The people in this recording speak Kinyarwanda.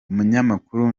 umunyamakuru